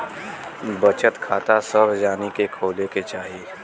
बचत खाता सभ जानी के खोले के चाही